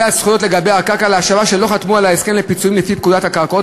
חשוב גם לציין את הנושא הזה.